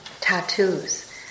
tattoos